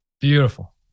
Beautiful